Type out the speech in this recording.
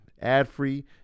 ad-free